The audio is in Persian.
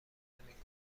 نمیکنند